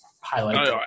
highlight